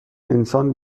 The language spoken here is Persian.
انسان